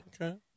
Okay